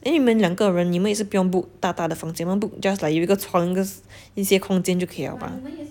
then 你们两个人你们也是不用 book 大大的房间你们 just like 有一个床 just 一些空间就可以 liao bah